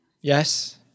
yes